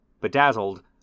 bedazzled